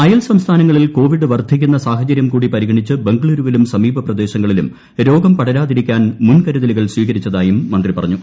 അയൽസംസ്ഥാനങ്ങളിൽ covid വർദ്ധിക്കുന്ന സാഹചരൃം കൂടി പരിഗണിച്ച് ബംഗളുരുവിലും സമീപ പ്രദേശങ്ങളിലും രോഗം പടരാതിരിക്കാൻ മുൻകരുതലുകൾ സ്വീകരിച്ചതായും മന്ത്രി പറഞ്ഞു